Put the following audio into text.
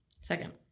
second